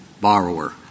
borrower